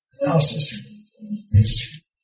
analysis